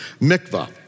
Mikvah